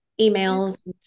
emails